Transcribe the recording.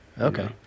Okay